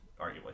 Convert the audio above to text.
arguably